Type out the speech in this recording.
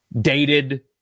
dated